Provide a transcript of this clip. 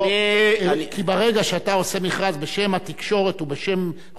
כי ברגע שאתה עושה מכרז בשם התקשורת ובשם חופש הביטוי,